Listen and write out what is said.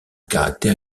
caractère